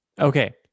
okay